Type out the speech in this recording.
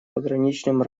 пограничным